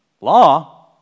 Law